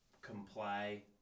comply